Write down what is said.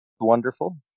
wonderful